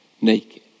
naked